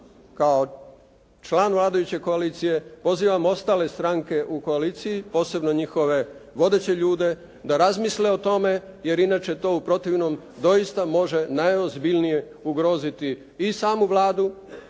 kao član vladajuće koalicije pozivam ostale stranke u koaliciji posebno njihove vodeće ljude da razmisle o tome jer inače to u protivnom doista može najozbiljnije ugroziti i samu Vladu